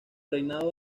reinado